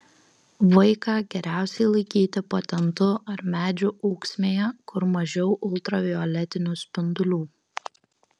vaiką geriausiai laikyti po tentu ar medžių ūksmėje kur mažiau ultravioletinių spindulių